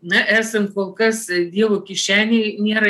ne esam kol kas dievo kišenėj nėra